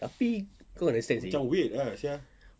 tapi kau dah set seh